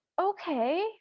okay